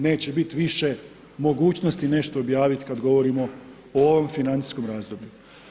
Neće biti više mogućnosti nešto objaviti, kada govorimo o ovom financijskom razdoblju.